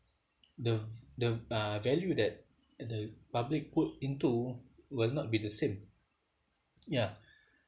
the the uh value that the public put into will not be the same ya